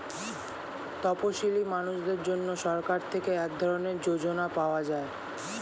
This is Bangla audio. তপসীলি মানুষদের জন্য সরকার থেকে এক ধরনের যোজনা পাওয়া যায়